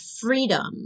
freedom